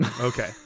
okay